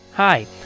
Hi